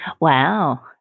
Wow